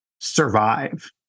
survive